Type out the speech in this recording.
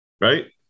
Right